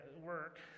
work